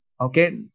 Okay